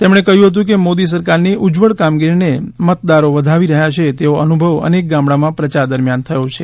તેમણે કહ્યું હતું કે મોદી સરકારની ઉજ્જવળ કામગીરીને મતદારો વધાવી રહ્યા છે તેવો અનુભવ અનેક ગામડામાં પ્રચાર દરમ્યાન થયો છે